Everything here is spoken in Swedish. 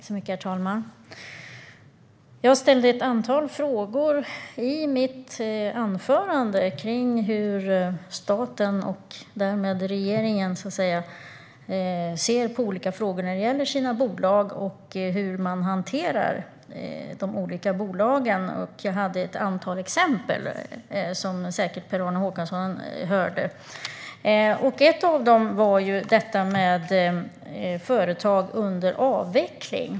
Herr talman! I mitt anförande ställde jag ett antal frågor om hur staten och därmed regeringen ser på olika frågor gällande dess bolag och hur man hanterar dem. Jag hade också ett antal exempel, som Per-Arne Håkansson säkert hörde. Ett av exemplen gällde företag under avveckling.